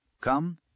Come